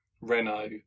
Renault